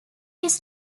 his